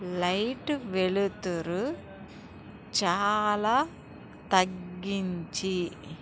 light వెలుతురు చాలా తగ్గించి